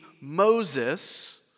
Moses